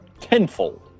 Tenfold